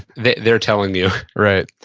they're they're telling you right.